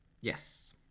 yes